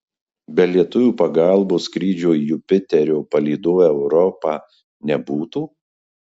be lietuvių pagalbos skrydžio į jupiterio palydovą europą nebūtų